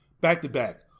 back-to-back